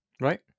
Right